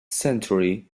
century